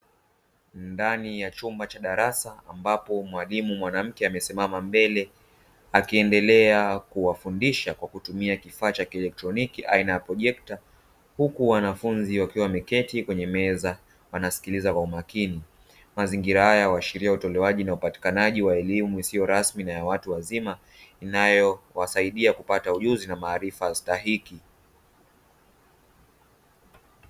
Ndani ya chumba cha darasa ambapo mwalimu mwanamke amesimama mbele akiendelea kuwafundisha kwa kutumia kifaa cha kielektroniki aina ya projekta, huku wanafunzi wakiwa wameketi kwenye meza wanasikiliza kwa umakini. Mazingira haya huashiria utolewaji na upatikanaji wa elimu isiyo rasmi na ya watu wazima inayowasaidia kupata ujuzi na maarifa stahiki.